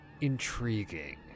intriguing